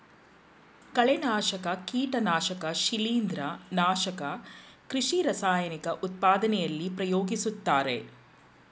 ಕಳೆನಾಶಕ, ಕೀಟನಾಶಕ ಶಿಲಿಂದ್ರ, ನಾಶಕ ಕೃಷಿ ರಾಸಾಯನಿಕ ಉತ್ಪಾದನೆಯಲ್ಲಿ ಪ್ರಯೋಗಿಸುತ್ತಾರೆ